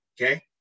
okay